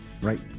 right